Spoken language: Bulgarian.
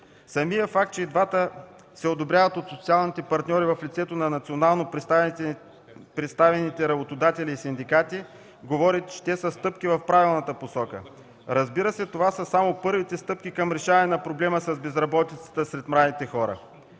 Самият факт, че и двата се одобряват от социалните партньори в лицето на национално представените работодатели и синдикати, говори, че те са стъпки в правилната посока. Разбира се, това са само първите стъпки към решаване на проблема с безработицата сред младите хора.